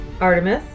Artemis